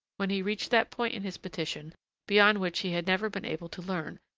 when he reached that point in his petition beyond which he had never been able to learn,